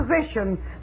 position